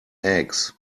eggs